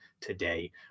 today